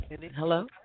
Hello